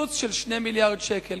קיצוץ של 2 מיליארדי שקלים.